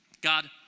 God